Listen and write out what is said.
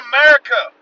America